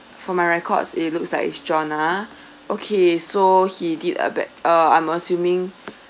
for my records it looks like is john uh okay so he did a bad uh I'm assuming